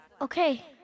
Okay